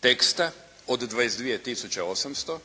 teksta, od 22 tisuće 800.